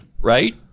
right